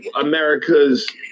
America's